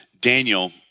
Daniel